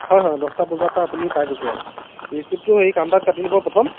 হয় হয় দহটা বজাৰপৰা আপুনি পাই যাব আৰু ৰিচিপ্টটো হেৰি কাউণ্টাৰত কাটি ল'ব প্ৰথম